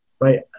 right